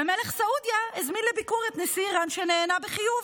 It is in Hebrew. ומלך סעודיה הזמין את נשיא איראן לביקור ונענה בחיוב.